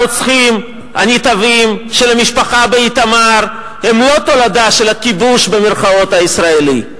הרוצחים הנתעבים של המשפחה באיתמר הם לא תולדה של "הכיבוש" הישראלי.